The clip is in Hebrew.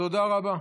תודה רבה.